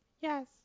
Yes